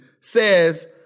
says